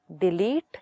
delete